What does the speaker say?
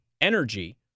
energy